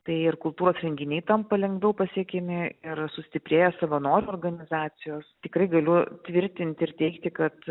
tai ir kultūros renginiai tampa lengviau pasiekiami ir sustiprėja savanorių organizacijos tikrai galiu tvirtint ir teigti kad